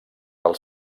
del